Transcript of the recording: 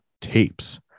tapes